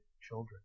children